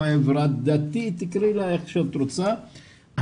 חברה דתית תקראי לה איך שאת רוצה,